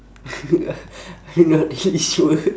I'm not really sure